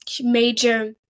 major